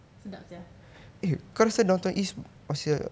sedap sia